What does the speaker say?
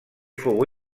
fou